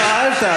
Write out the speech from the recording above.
שאלת,